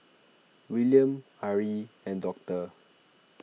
Willaim Ari and Doctor